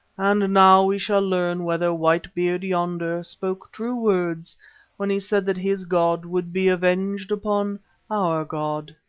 and now we shall learn whether white beard yonder spoke true words when he said that his god would be avenged upon our god.